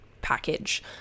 package